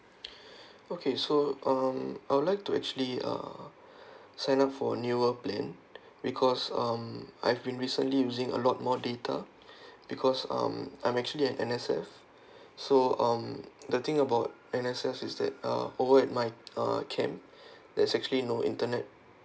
okay so um I would like to actually uh sign up for a newer plan because um I've been recently using a lot more data because um I'm actually an N_S_F so um the thing about N_S_F is that uh over at my uh camp there's actually no internet